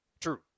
True